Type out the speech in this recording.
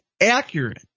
accurate